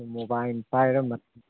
ꯑꯗꯨ ꯃꯣꯕꯥꯏꯟ ꯄꯥꯏꯔ